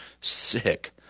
Sick